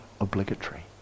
obligatory